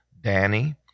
Danny